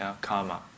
karma